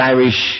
Irish